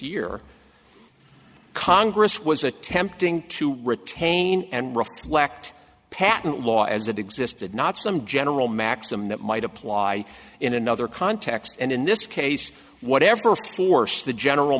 year congress was attempting to retain and reflect patent law as it existed not some general maxim that might apply in another context and in this case whatever force the general